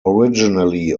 originally